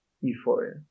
euphoria